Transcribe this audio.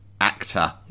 actor